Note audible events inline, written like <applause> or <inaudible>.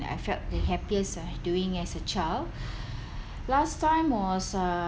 that I felt the happiest uh doing as a child <breath> last time was uh